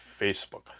Facebook